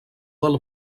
del